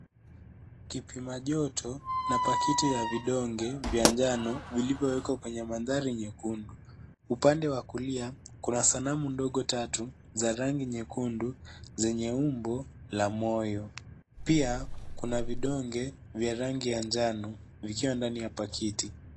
Kipima joto na pakiti za vidonge vya njano, vilivyowekwa kwenye mandhari nyekundu. Upande wa kulia, kuna sanamu ndogo tatu za rangi nyekundu zenye umbo la moyo. Pia, kuna vidonge vya rangi ya njano ikiwa ndani ya pakiti.